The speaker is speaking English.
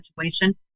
situation